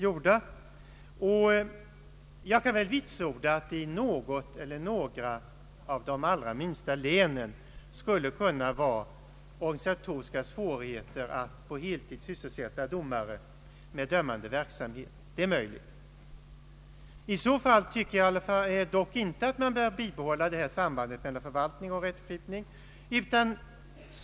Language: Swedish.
Jag kan för övrigt vitsorda att det i något eller några av de minsta länen skulle kunna föreligga organisatoriska svårigheter att på heltid sysselsätta domare med dömande verksamhet. I så fall tycker jag dock inte att man bör bibehålla något samband meilan förvaltning och rättsskipning.